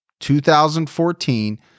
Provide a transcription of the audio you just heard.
2014